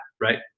Right